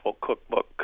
cookbook